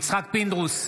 יצחק פינדרוס,